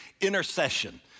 Intercession